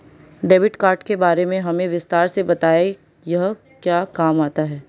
Debit card के बारे में हमें विस्तार से बताएं यह क्या काम आता है?